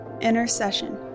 intercession